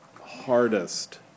hardest